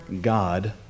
God